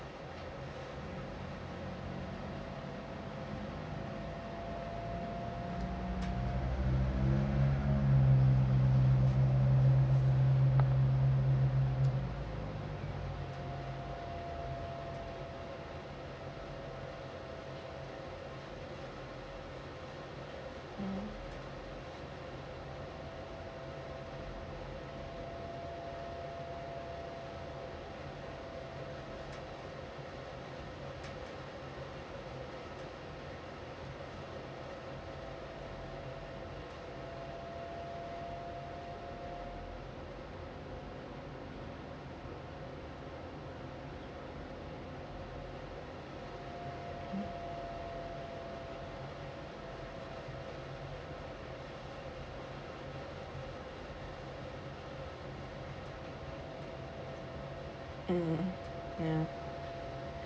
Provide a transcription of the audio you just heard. mm mm ya